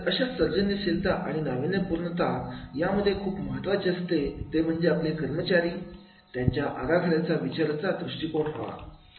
अशा सर्जनशीलता आणि नाविन्यपूर्ण ता यामध्ये खूप महत्त्वाचे असते ते म्हणजे आपले कर्मचारी त्यांचा आराखड्याचा विचारांचा दृष्टिकोन हवा